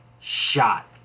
shot